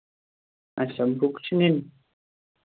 اَچھا بُکہٕ چھِ نِنۍ